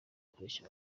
kureshya